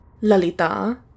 Lalita